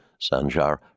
Sanjar